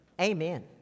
Amen